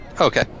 Okay